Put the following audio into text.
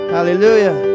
Hallelujah